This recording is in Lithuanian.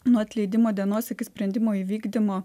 nuo atleidimo dienos iki sprendimo įvykdymo